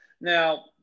Now